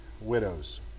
widows